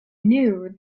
knew